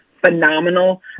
Phenomenal